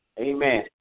Amen